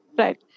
Right